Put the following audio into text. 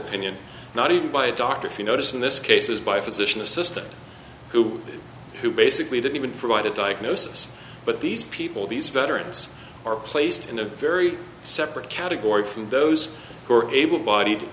opinion not even by a doctor if you notice in this case is by physician assistant who who basically didn't even provide a diagnosis but these people these veterans are placed in a very separate category from those who are able bodied